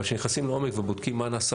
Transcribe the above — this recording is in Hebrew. אבל כשנכנסים לעומק ובודקים מה נעשה